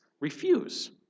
refuse